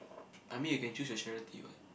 I mean you can choose your charity what